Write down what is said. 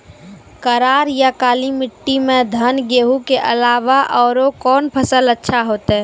करार या काली माटी म धान, गेहूँ के अलावा औरो कोन फसल अचछा होतै?